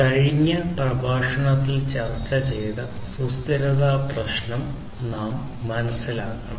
കഴിഞ്ഞ പ്രഭാഷണത്തിൽ നമ്മൾ ചർച്ച ചെയ്ത സുസ്ഥിരത പ്രശ്നം നാം മനസ്സിലാക്കണം